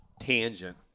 tangent